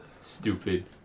Stupid